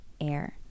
air